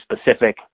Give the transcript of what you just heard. specific